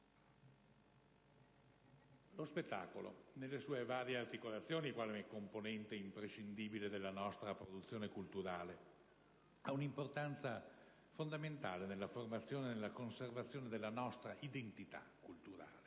Lo spettacolo nelle sue varie articolazioni quale componente imprescindibile della nostra produzione culturale ha una importanza fondamentale nella formazione e conservazione della nostra identità culturale: